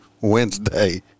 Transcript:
Wednesday